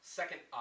second